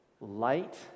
light